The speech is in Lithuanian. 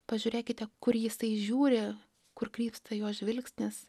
pažiūrėkite kur jisai žiūri kur krypsta jo žvilgsnis